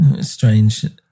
strange